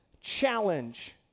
challenge